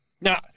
Now